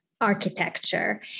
architecture